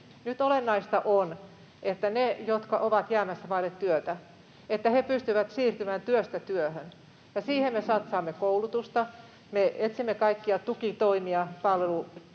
Nyt olennaista on, että ne, jotka ovat jäämässä vaille työtä, pystyvät siirtymään työstä työhön, ja siihen me satsaamme koulutusta, me etsimme kaikkia tukitoimia ja